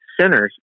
sinners